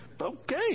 Okay